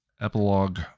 epilogue